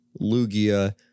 Lugia